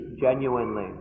genuinely